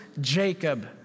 Jacob